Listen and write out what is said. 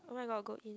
oh my god good home